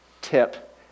tip